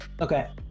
Okay